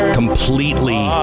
completely